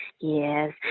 Yes